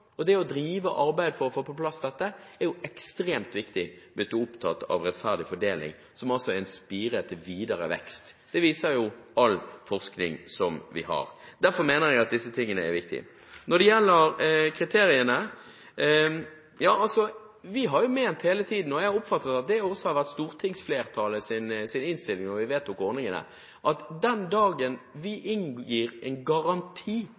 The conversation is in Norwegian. Det å drive arbeid for å få på plass dette er ekstremt viktig hvis du er opptatt av rettferdig fordeling, som altså er en spire til videre vekst. Det viser all forskning som vi har. Derfor mener jeg at disse tingene er viktig. Når det gjelder kriteriene, har vi hele tiden ment – og jeg har oppfattet at det også var stortingsflertallets innstilling da vi vedtok ordningene – at den dagen vi gir en garanti